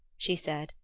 she said,